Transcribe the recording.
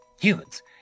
Humans